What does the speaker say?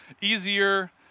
easier